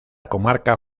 comarca